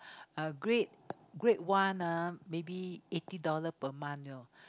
uh grade grade one ah maybe eighty dollar per month you know